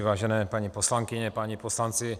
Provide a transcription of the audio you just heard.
Vážené paní poslankyně, páni poslanci.